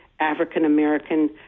african-american